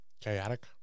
chaotic